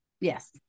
Yes